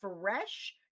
fresh